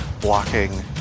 blocking